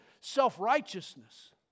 self-righteousness